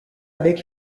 avec